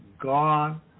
God